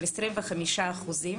של 25 אחוזים,